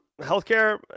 healthcare